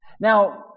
Now